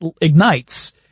ignites